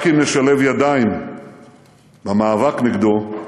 רק אם נשלב ידיים במאבק נגדו,